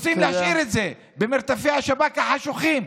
רוצים להשאיר את זה במרתפי השב"כ החשוכים,